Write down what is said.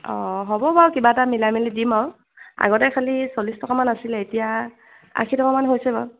অ হ'ব বাৰু কিবা এটা মিলাই মেলি দিম আৰু আগতে খালি চল্লিছ টকামান আছিলে এতিয়া আশী টকামান হৈছে বাৰু